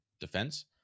defense